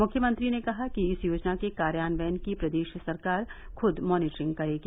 मुख्यमंत्री ने कहा कि इस योजना के कार्यान्वयन की प्रदेश सरकार खुद मॉनिटरिंग करेगी